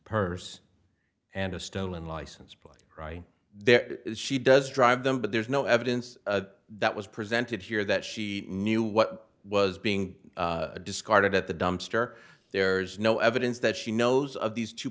purse and a stolen license plate right there she does drive them but there's no evidence that was presented here that she knew what was being discarded at the dumpster there's no evidence that she knows of these two